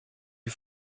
die